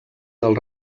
del